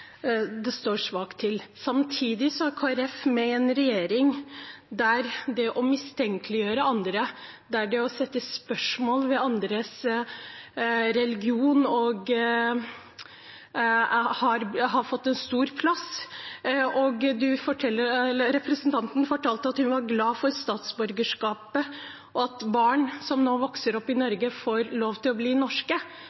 nå står svakt. Samtidig er Kristelig Folkeparti med i en regjering der det å mistenkeliggjøre andre, der det å sette spørsmåltegn ved andres religion, har fått stor plass. Representanten fortalte at hun er glad for statsborgerskapet – at barn som nå vokser opp i